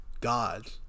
gods